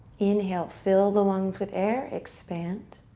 inhale. fill the lungs with air. expand.